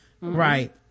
right